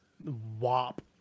Wop